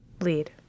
lead